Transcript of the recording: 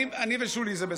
אני ושולי זה בסדר.